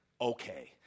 Okay